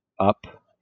up